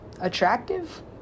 attractive